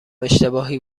اشتباهی